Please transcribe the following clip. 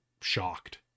shocked